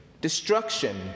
destruction